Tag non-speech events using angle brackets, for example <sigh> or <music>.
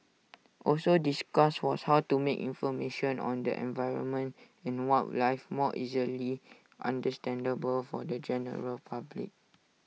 also discussed was how to make information on the environment and wildlife more easily understandable for the <noise> general public